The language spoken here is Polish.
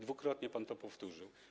Dwukrotnie pan to powtórzył.